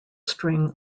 string